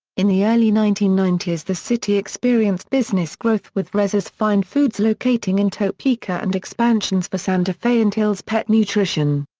in the early nineteen ninety s the city experienced business growth with reser's fine foods locating in topeka and expansions for santa fe and hill's pet nutrition.